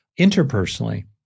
interpersonally